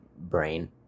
brain